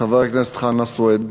חבר הכנסת חנא סוייד.